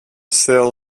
cell